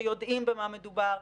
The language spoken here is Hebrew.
שיודעים במה מדובר,